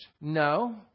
No